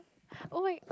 oh my